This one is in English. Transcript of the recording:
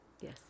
Yes